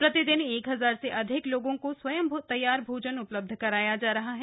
प्रति दिन एक हजार से अधिक लोगों को स्वयं तैयार भोजन उपलब्ध कराया जा रहा है